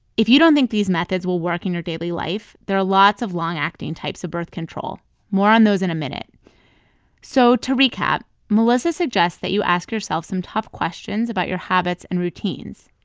if you don't think these methods will work in your daily life, there are lots of long-acting types of birth control more on those in a minute so to recap, melissa suggests that you ask yourself some tough questions about your habits and routines.